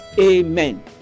Amen